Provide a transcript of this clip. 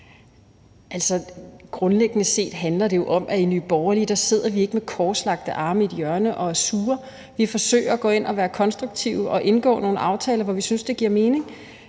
Grundlæggende set handler det om, at vi i Nye Borgerlige ikke sidder med korslagte arme i et hjørne og er sure. Vi forsøger at gå ind og være konstruktive og indgå nogle aftaler, hvor vi synes det giver mening,